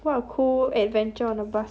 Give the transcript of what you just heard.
what a cool adventure on the bus